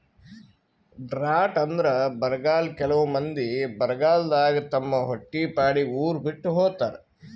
drought ಅಂದ್ರ ಬರ್ಗಾಲ್ ಕೆಲವ್ ಮಂದಿ ಬರಗಾಲದಾಗ್ ತಮ್ ಹೊಟ್ಟಿಪಾಡಿಗ್ ಉರ್ ಬಿಟ್ಟ್ ಹೋತಾರ್